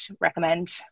recommend